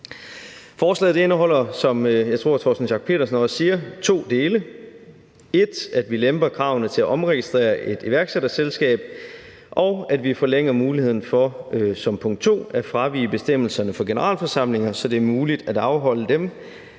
Forslaget indeholder, som jeg tror at hr. Torsten Schack Pedersen også siger, to dele: punkt 1, at vi lemper kravene til at omregistrere et iværksætterselskab, og punkt 2, at vi forlænger muligheden for at fravige bestemmelserne for generalforsamlinger, så det er muligt at afholde dem,